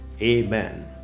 amen